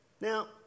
Now